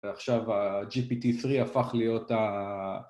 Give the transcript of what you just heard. ועכשיו ה-GPT-3 הפך להיות ה...